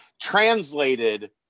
translated